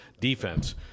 defense